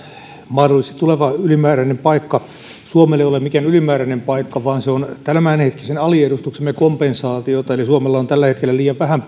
mahdollisesti tuleva ylimääräinen paikka suomelle ole mikään ylimääräinen paikka vaan se on tämänhetkisen aliedustuksemme kompensaatiota eli suomella on tällä hetkellä liian vähän